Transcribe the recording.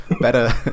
Better